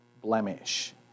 blemish